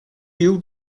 you